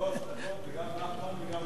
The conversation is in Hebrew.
שלוש דקות, וגם נחמן וגם אני.